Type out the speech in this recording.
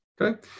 Okay